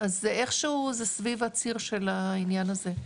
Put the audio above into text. אז איכשהו זה סביב הציר של העניין הזה.